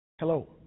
Hello